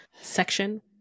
section